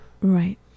Right